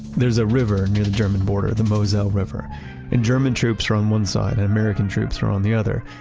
there's a river near the german border, the moselle river and german troops are on one side and american troops are on the other.